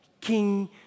King